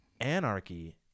anarchy